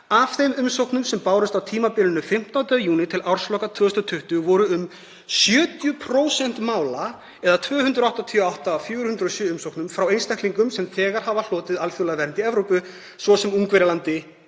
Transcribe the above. „Af þeim umsóknum sem bárust á tímabilinu 15. júní til ársloka 2020 voru um 70% mála, eða 288 af 407 umsóknum, frá einstaklingum sem þegar hafa hlotið alþjóðlega vernd í Evrópu, svo sem Ungverjalandi,